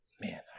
man